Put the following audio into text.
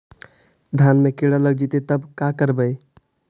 धान मे किड़ा लग जितै तब का करबइ?